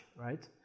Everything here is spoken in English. right